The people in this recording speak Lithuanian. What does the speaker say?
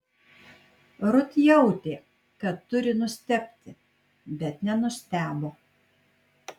rut jautė kad turi nustebti bet nenustebo